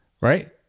right